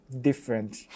different